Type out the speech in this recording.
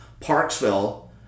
Parksville